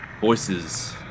Voices